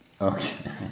Okay